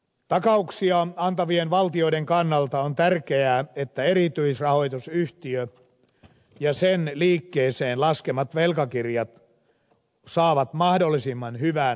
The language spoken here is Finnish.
takauksiaan antavien valtioiden kannalta on tärkeää että erityisrahoitusyhtiö ja sen liikkeeseen laskemat velkakirjat saavat mahdollisimman hyvän luottoluokituksen